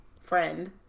friend